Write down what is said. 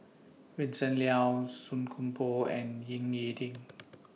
Vincent Leow Song Koon Poh and Ying E Ding